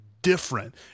different